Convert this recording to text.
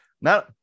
Now